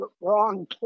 wrong